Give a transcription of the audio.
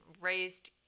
raised